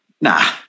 Nah